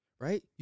right